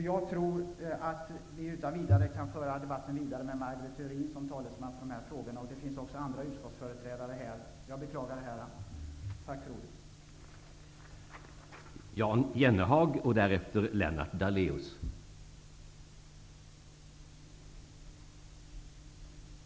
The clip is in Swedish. Jag tror att ni utan vidare kan föra debatten vidare med Maj Britt Theorin som talesman för de här frågorna. Det finns också andra utskottsföreträdare här som deltar i debatten. Jag beklagar. Tack för ordet!